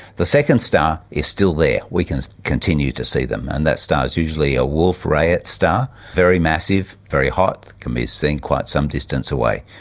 the second star is still there, we can continue to see them, and that star is usually a wolf-rayet star, very massive, very hot, it can be seen quite some distance away.